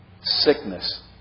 Sickness